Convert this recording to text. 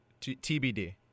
TBD